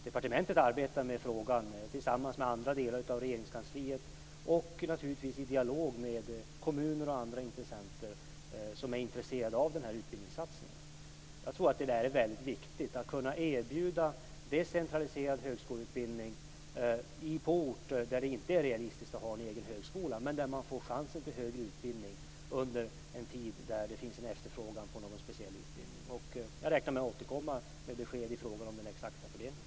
Departementet arbetar med frågan tillsammans med andra delar av Regeringskansliet och naturligtvis i dialog med kommuner och andra parter som är intresserade av den här utbildningssatsningen. Jag tror att det är väldigt viktigt att kunna erbjuda en decentraliserad högskoleutbildning på orter där det inte är realistiskt att starta en egen högskola. På detta sätt kan man få chansen att utbilda sig under en tid när det råder efterfrågan på någon speciell utbildning. Jag räknar med att återkomma med besked i frågan om den exakta fördelningen.